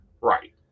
Right